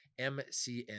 MCN